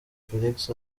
felix